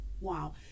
Wow